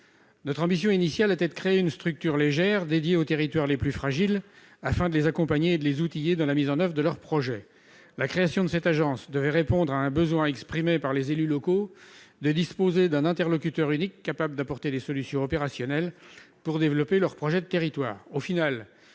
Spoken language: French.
notre ambition initiale était de créer une structure légère dédiée aux territoires les plus fragiles, afin de les accompagner, de les outiller dans la mise en oeuvre et de leur projet : la création de cette agence devaient répondre à un besoin exprimé par les élus locaux de disposer d'un interlocuteur unique, capable d'apporter des solutions opérationnelles pour développer leurs projets de territoire